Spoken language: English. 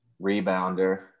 rebounder